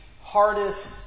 hardest